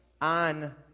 on